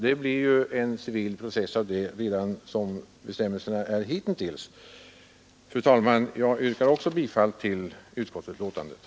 Det blir ju en civil process av det redan som bestämmelserna varit hittills. Fru talman! Jag yrkar också bifall till utskottets hemställan.